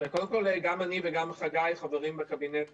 קודם כול, גם אני וגם חגי חברים בקבינט